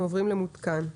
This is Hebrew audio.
"מותקן",